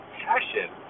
passion